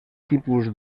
tipus